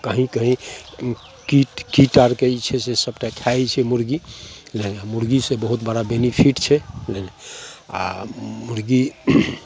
कहीँ कहीँ ओ कीट कीट आओरके जे छै से सबटाके खा जाए छै मुरगी नहि नहि मुरगीसे बहुत बड़ा बेनिफिट छै नहि नहि आओर मुरगी